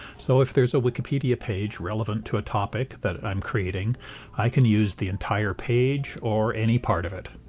so if there's a wikipedia page relevant to a topic that i'm creating i can use the entire page or any part of it.